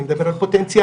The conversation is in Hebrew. אני מדבר על פוטנציאל,